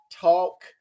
talk